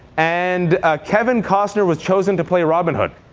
and kevin costner was chosen to play robin hood.